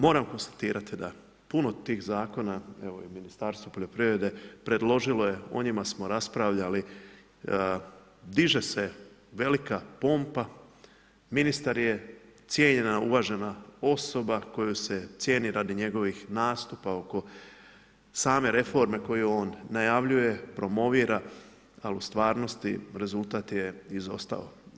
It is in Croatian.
Moram konstatirati da puno tih zakona, evo i Ministarstvo poljoprivrede, predložilo je, o njima smo raspravljali, diže se velika pompa, ministar je, cijenjena uvažena osoba koju se cijeni radi njegovih nastupa oko same reforme koju on najavljuje, promovira, ali u stvarnosti rezultat je izostao.